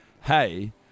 hey